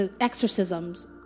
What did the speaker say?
exorcisms